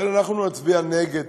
לכן אנחנו נצביע נגד